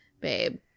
babe